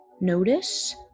notice